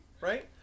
right